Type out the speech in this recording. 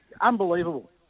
unbelievable